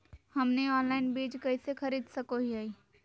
हमनी ऑनलाइन बीज कइसे खरीद सको हीयइ?